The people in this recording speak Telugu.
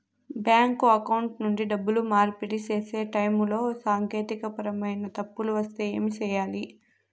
బ్యాంకు అకౌంట్ నుండి డబ్బులు మార్పిడి సేసే టైములో సాంకేతికపరమైన తప్పులు వస్తే ఏమి సేయాలి